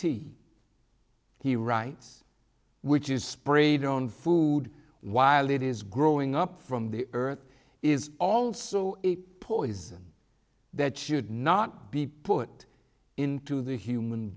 t he writes which is sprayed on food while it is growing up from the earth is also a poison that should not be put into the human